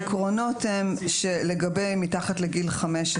העקרונות הם שלגבי מתחת לגיל 15